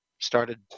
started